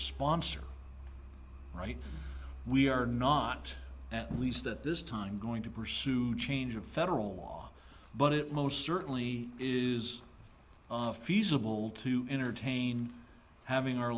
sponsor all right we are not at least at this time going to pursue change of federal law but it most certainly is feasible to entertain having our